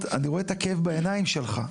אני רואה את הכאב בעיניים שלך,